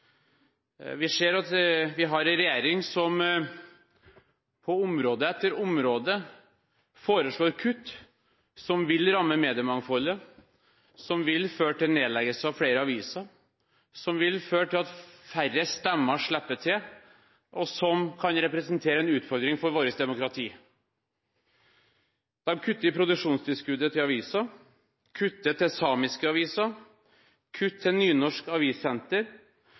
Vi ser at vi har en regjering som på område etter område foreslår kutt som vil ramme mediemangfoldet, som vil føre til nedleggelse av flere aviser, som vil føre til at færre stemmer slipper til, og som kan representere en utfordring for vårt demokrati. De kutter i produksjonstilskuddet til aviser, kutter til samiske aviser, kutter til Nynorsk Avissenter,